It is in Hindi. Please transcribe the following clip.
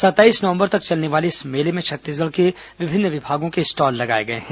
सत्ताईस नवंबर तक चलने वाले इस मेले में छत्तीसगढ़ के विभिन्न विभागों के स्टॉल लगाए गए हैं